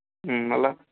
మళ్ళీ